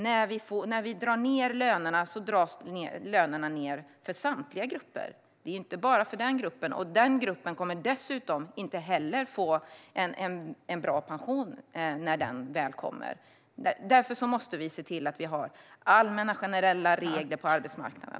När vi drar ned lönerna dras lönerna ned för samtliga grupper, inte bara för den gruppen. Den gruppen kommer dessutom inte heller att få en bra pension när den tiden väl kommer. Därför måste vi se till att vi har generella regler på arbetsmarknaden.